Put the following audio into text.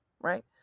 right